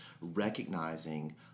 recognizing